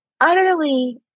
utterly